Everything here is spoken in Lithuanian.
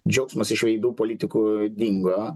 džiaugsmas iš veidų politikų dingo